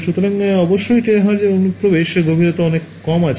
সুতরাং অবশ্যই টেরাহার্জ এর অনুপ্রবেশ গভীরতা অনেক কম আছে